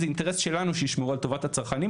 זה אינטרס שלנו שהם ישמרו על טובת הצרכנים,